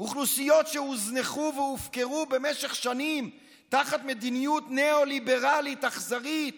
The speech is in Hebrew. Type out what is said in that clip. אוכלוסיות שהוזנחו והופקרו במשך שנים תחת מדיניות ניאו-ליברלית אכזרית,